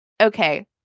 Okay